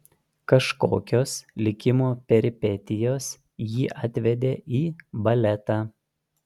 kažkokios likimo peripetijos jį atvedė į baletą